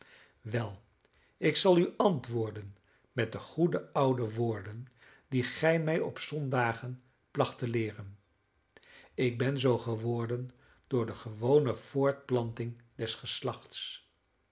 wel ik zal u antwoorden met de goede oude woorden die gij mij op zondagen placht te leeren ik ben zoo geworden door de gewone voortplanting des geslachts